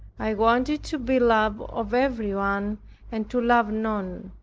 i wanted to be loved of everyone and to love none.